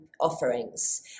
offerings